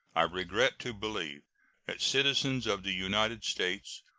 i regret to believe that citizens of the united states,